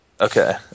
Okay